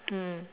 mm